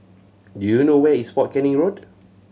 do you know where is Fort Canning Road